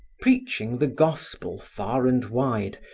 preaching the gospel far and wide,